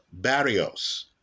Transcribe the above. Barrios